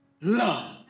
love